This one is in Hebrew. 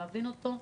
להבין אותו,